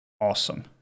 awesome